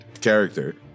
character